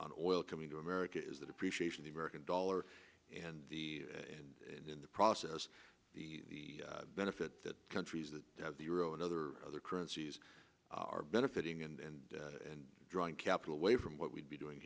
oil coming to america is that appreciation the american dollar and in the process the benefit that countries that have the euro and other other currencies are benefiting and and drawing capital away from what we'd be doing